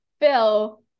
Phil